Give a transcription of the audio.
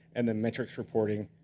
and then, metrics reporting.